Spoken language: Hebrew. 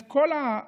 את כל הבורות